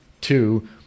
two